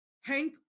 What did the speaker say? Hank